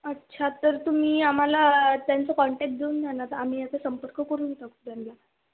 अच्छा तर तुम्ही आम्हाला त्यांचा कॉन्टॅक्ट देऊन द्या ना तर आम्ही आता संपर्क करून टाकू त्याना